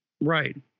Right